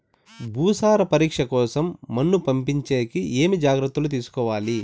భూసార పరీక్ష కోసం మన్ను పంపించేకి ఏమి జాగ్రత్తలు తీసుకోవాలి?